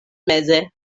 meze